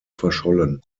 verschollen